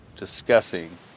discussing